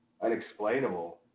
unexplainable